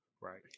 Right